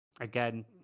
Again